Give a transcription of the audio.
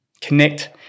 connect